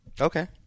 Okay